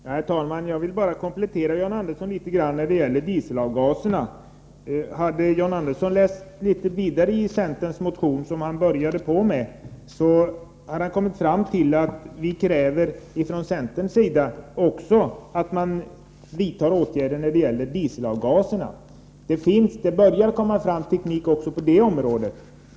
Herr talman! Jag vill litet grand komplettera det John Andersson sade när det gäller dieselavgaserna. Hade John Andersson läst litet vidare i centerns motion, som han började på, hade han kommit fram till att vi från centerns sida också kräver att man vidtar åtgärder när det gäller dieselavgaserna. Det börjar komma fram teknik också på detta område.